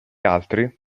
altri